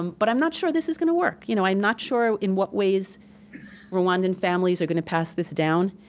um but i'm not sure this is gonna work. you know i'm not sure in what ways rwandan families are gonna pass this down,